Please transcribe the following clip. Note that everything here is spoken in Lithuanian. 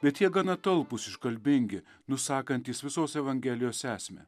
bet jie gana talpūs iškalbingi nusakantys visos evangelijos esmę